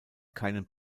keinen